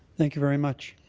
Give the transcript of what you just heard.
thank you very much.